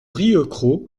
rieucros